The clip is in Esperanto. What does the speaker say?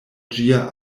ĝia